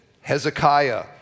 Hezekiah